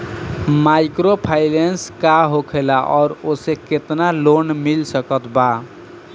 Microfinance का होखेला और ओसे केतना लोन मिल सकत बा?